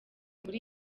muri